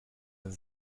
denn